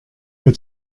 but